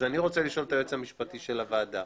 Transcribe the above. אני רוצה לשאול את היועץ המשפטי של הועדה,